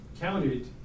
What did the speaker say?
counted